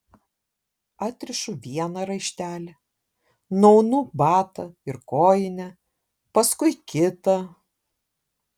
atrišu vieną raištelį nuaunu batą ir kojinę paskui kitą